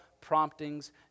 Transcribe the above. promptings